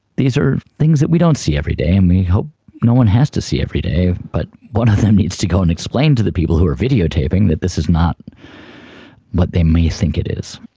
these things that we don't see every day and we hope no one has to see every day, but one of them needs to go and explain to the people who are videotaping that this is not what they may think it is.